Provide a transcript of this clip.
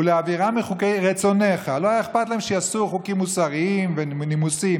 "ולהעבירם מחוקי רצונך" לא היה אכפת להם שיעשו חוקים מוסריים ונימוסים,